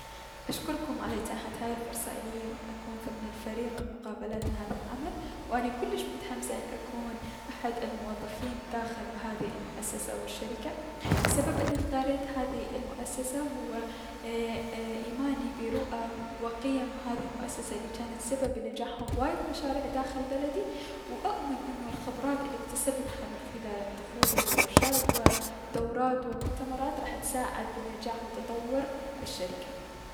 اشكركم على اتاحة هاي الفرصة اليا و ان اكون ضمن الفريق المقابلات لهذا العمل, و اني كلش متحمسة ان اكون احد الموظفين داخل هذي المؤسسة او الشركة, و السبب انو اختاريت هذي الشركة هو اي-اي ايماني برؤى و قيم هذي المؤسسة الي جانت سبب بنجاح هواية مشاريع داخل بلدي، و اؤمن انو الخبرات الي اكتسبتها من خلال دخولي لورشات و دورات و مؤتمرات راح تساعد بنجاح و تطور الشركة.